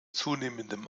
zunehmendem